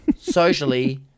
Socially